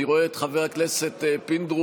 אני רואה את חבר הכנסת פינדרוס,